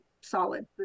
solid